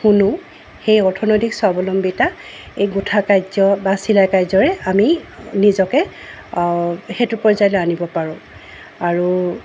শুনো সেই অৰ্থনৈতিক স্বাৱলম্বিতা এই গোঁঠা কাৰ্য বা চিলাই কাৰ্যৰে আমি নিজকে সেইটো পৰ্যায়লৈ আনিব পাৰোঁ আৰু